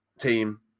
team